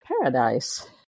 Paradise